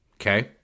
okay